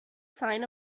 sign